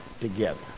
together